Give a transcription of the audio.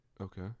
Okay